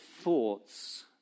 thoughts